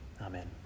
amen